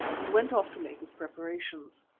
and went off to make his preparations.